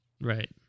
Right